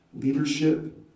leadership